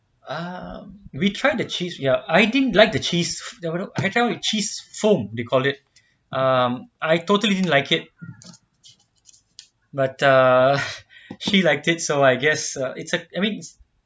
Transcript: um we tried the cheese ya I didn't like the cheese they filled with cheese foam they call it um I totally didn't like it but uh she liked it so I guess it's a I mean